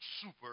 super